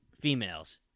females